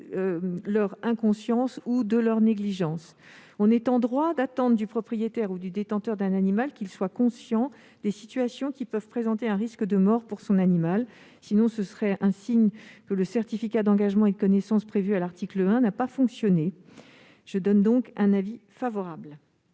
de leur inconscience ou de leur négligence. On est en droit d'attendre du propriétaire ou du détenteur d'un animal qu'il soit conscient des situations qui peuvent présenter un risque de mort pour ce dernier. Sinon, ce serait le signe que le certificat d'engagement et de connaissance prévu à l'article 1 ne fonctionne pas. En conséquence,